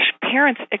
parents